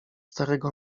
starego